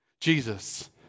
Jesus